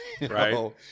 Right